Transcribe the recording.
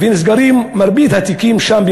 ונסגרים מרבית התיקים שם,